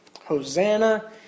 Hosanna